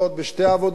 בשתי עבודות,